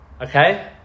okay